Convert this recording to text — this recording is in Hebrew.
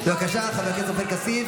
בבקשה, חבר הכנסת עופר כסיף.